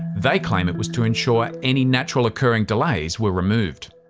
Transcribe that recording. they claim it was to ensure any natural occurring delays were removed.